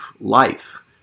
life